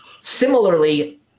Similarly